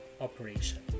operation